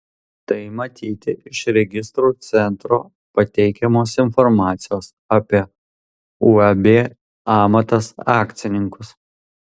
tai matyti iš registrų centro pateikiamos informacijos apie uab amatas akcininkus